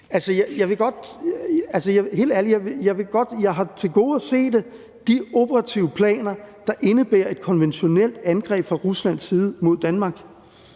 jeg har til gode at se de operative planer, der indebærer et konventionelt angreb fra Ruslands side mod Danmark.